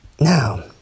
Now